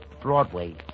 Broadway